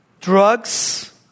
Drugs